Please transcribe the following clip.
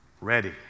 ready